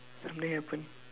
something happen